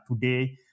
today